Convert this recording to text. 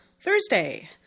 Thursday